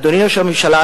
אדוני ראש הממשלה,